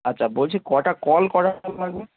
আচ্ছা বলছি কটা কল কটা লাগবে